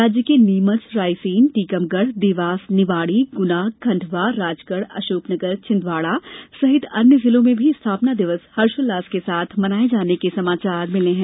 राज्य के नीमच रायसेन टीकमगढ़ देवास निवाड़ी गुना खंडवा राजगढ़ अशोकनगर छिंदवाड़ा सहित अन्य जिलों में भी स्थापना दिवस हर्षोल्लास के साथ मनाये जाने के समाचार मिले हैं